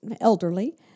elderly